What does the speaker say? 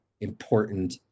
important